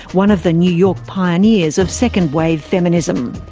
one of the new york pioneers of second wave feminism.